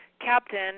captain